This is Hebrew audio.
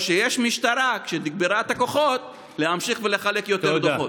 או שיש משטרה שתגברה את הכוחות כדי להמשיך ולחלק יותר דוחות.